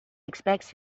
expects